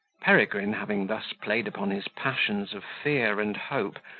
peregrine, having thus played upon his passions of fear and hope,